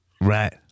Right